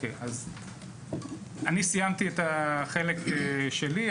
אני סיימתי את החלק שלי,